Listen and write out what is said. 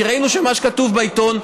כי ראינו שמה שכתוב בעיתון,